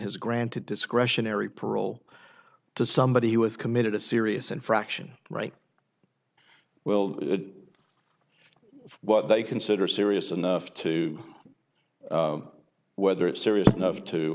has granted discretionary parole to somebody who has committed a serious infraction right well what they consider serious enough to whether it's serious enough to